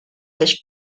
fish